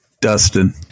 Dustin